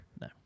No